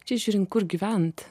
čia žiūrint kur gyvent